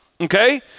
okay